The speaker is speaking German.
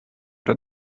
der